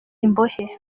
imbohe